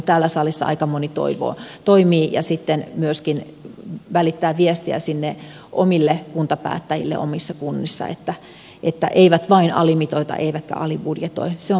täällä salissa aika moni toimii ja sitten tulee myöskin välittää viestiä sinne omille kuntapäättäjille omissa kunnissa että eivät vain alimitoita eivätkä alibudjetoi mikä on valitettavaa tosiasiaa